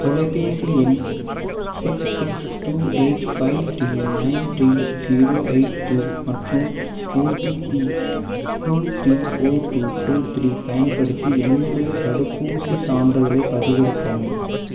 தொலைபேசி எண் six six two eight five three nine three zero eight two மற்றும் OTP two three four two four three பயன்படுத்தி என்னுடைய தடுப்பூசிச் சான்றிதழைப் பதிவிறக்கவும்